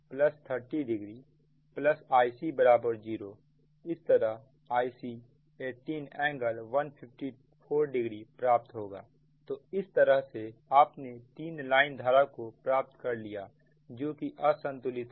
इसलिए 15 ㄥ 60o 10ㄥ30oIc0 इस तरह Ic18 ㄥ154oप्राप्त होगा तो इस तरह से आपने तीन लाइन धारा को प्राप्त कर लिया जो कि असंतुलित है